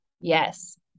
Yes